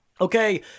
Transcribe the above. Okay